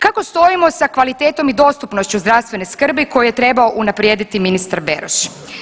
Kako stojimo sa kvalitetom i dostupnošću zdravstvene skrbi koju je trebao unaprijediti ministar Beroš?